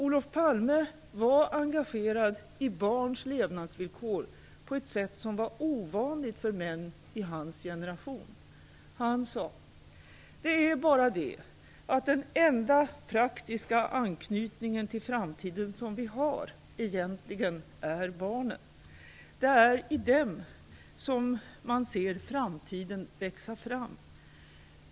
Olof Palme var engagerad i barns levnadsvillkor på ett sätt som var ovanligt för män i hans generation. Han sade: "Det är bara det att den enda praktiska anknytningen till framtiden som vi har egentligen är barnen. Det är i dem man ser framtiden växa fram.